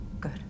Good